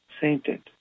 sainted